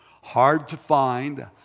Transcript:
hard-to-find